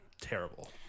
terrible